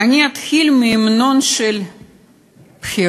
אני אתחיל מהמנון של בחירות,